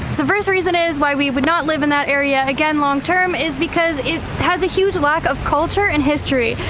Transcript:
so first reason is, why we would not live in that area again long term, is because it has a huge lack of culture and history.